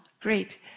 great